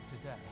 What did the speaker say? today